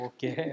Okay